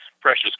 precious